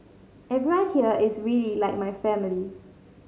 everyone here is really like family